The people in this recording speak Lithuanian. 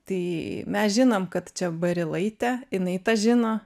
tai mes žinom kad čia barilaitė jinai tą žino